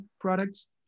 products